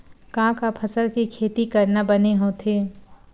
का का फसल के खेती करना बने होथे?